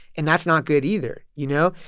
and that's not good either, you know?